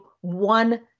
one